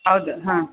ಹೌದು ಹಾಂ